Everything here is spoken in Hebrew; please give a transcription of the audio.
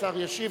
השר ישיב,